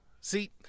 see